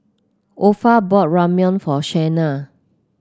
Opha bought Ramyeon for Shayna